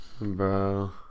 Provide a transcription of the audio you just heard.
Bro